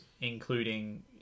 including